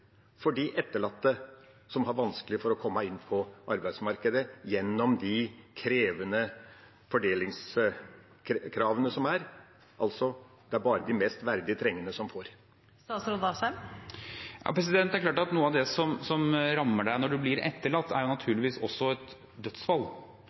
for de etterlatte som har vanskelig for å komme inn på arbeidsmarkedet, gjennom de krevende fordelingskravene som er – det er altså bare de mest verdig trengende som får? Det er klart at noe av det som rammer deg når du blir etterlatt, er